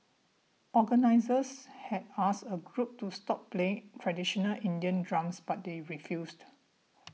organisers had asked a group to stop playing traditional Indian drums but they refused